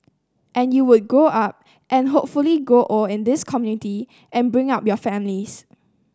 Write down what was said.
and you would grow up and hopefully grow old in this community and bring up your families